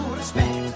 respect